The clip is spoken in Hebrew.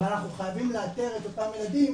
אבל אנחנו חייבים לאתר את אותם הילדים